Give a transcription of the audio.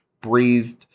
breathed